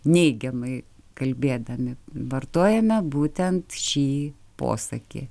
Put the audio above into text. neigiamai kalbėdami vartojame būtent šį posakį